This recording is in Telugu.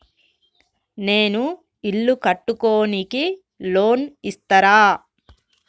నేను ఇల్లు కట్టుకోనికి లోన్ ఇస్తరా?